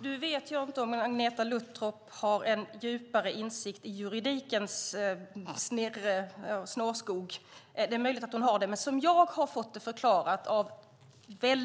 Herr talman! Nu vet jag inte om Agneta Luttropp har en djupare insikt i juridikens snårskog. Det är möjligt att hon har det. Men som jag har fått det förklarat av